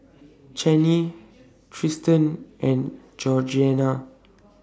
Chaney Triston and Georgeanna